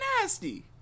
nasty